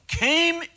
came